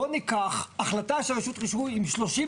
בואו ניקח החלטה של רשות רישוי עם שלושים